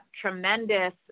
tremendous